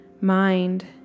mind